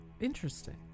interesting